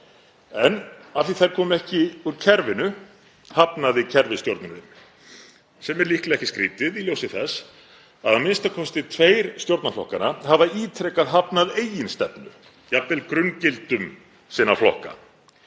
því að þær komu ekki úr kerfinu hafnaði kerfisstjórnin þeim, sem er líklega ekki skrýtið í ljósi þess að a.m.k. tveir stjórnarflokkanna hafa ítrekað hafnað eigin stefnu, jafnvel grunngildum sinna flokka.